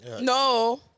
No